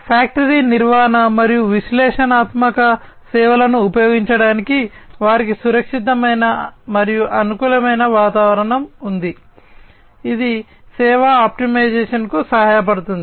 factory నిర్వహణ మరియు విశ్లేషణాత్మక సేవలను ఉపయోగించడానికి వారికి సురక్షితమైన మరియు అనుకూలమైన వాతావరణం ఉంది ఇది సేవా ఆప్టిమైజేషన్కు సహాయపడుతుంది